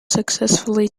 successfully